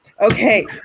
Okay